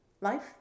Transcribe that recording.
life